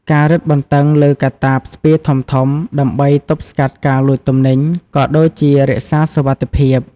ការរឹតបន្តឹងលើកាតាបស្ពាយធំៗដើម្បីទប់ស្កាត់ការលួចទំនិញ ក៏ដូចជារក្សាសុវត្ថិភាព។